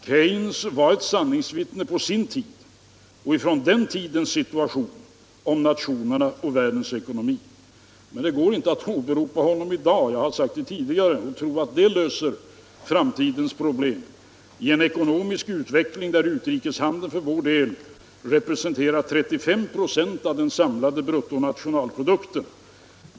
Keynes var ett sanningsvittne i fråga om nationernas och världens ekonomi på sin tid utifrån dess situation, men det går inte att åberopa honom i dag — jag har sagt det tidigare — och tro att man därmed löser framtidens problem i en ekonomisk utveckling där utrikeshandeln för vår del representerar 35 96 av den samlade bruttonationalprodukten.